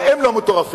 הם לא מטורפים.